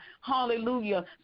hallelujah